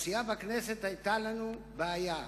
עם הסיעה בכנסת היתה לנו בעיה: